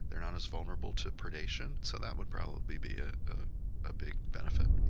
they're not as vulnerable to predation, so that would probably be a ah big benefit.